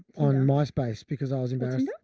on myspace because i was embarrassed.